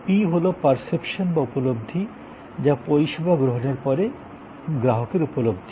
P হলো perception বা উপলব্ধি যা পরিষেবা গ্রহণের পরে গ্রাহকের উপলব্ধি